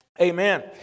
Amen